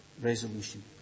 resolution